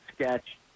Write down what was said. sketch